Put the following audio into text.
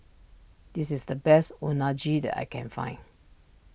this is the best Unagi that I can find